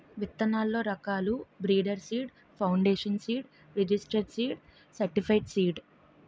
విత్తనాల్లో రకాలు breeder seed, foundation seed, registered seed, certified seed